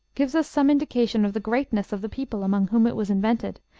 gives us some indication of the greatness of the people among whom it was invented,